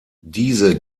diese